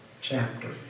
chapter